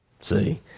See